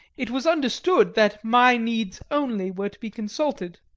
it was understood that my needs only were to be consulted.